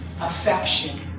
Affection